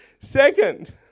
Second